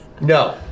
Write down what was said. No